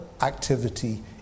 activity